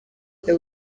the